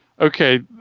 Okay